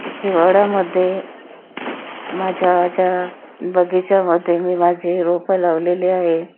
हिवाळ्यामध्ये माझ्या ज्या बगिच्यामधे मी माझी रोपं लावलेली आहे